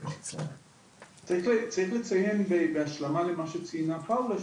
אני רוצה להוסיף בהשלמה למה שציינה פאולה,